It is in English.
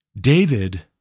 David